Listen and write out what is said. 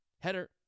header